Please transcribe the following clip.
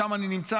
שם אני נמצא.